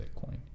Bitcoin